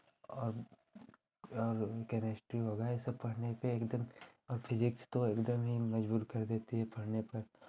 और और कैमेस्ट्री हो गया ये सब पढ़ने पे एकदम और फिजिक्स तो एकदम ही मज़बूर कर देती है पढ़ने पर